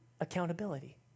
accountability